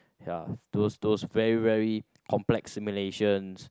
ya those those very very complex stimulations